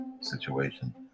situation